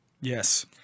Yes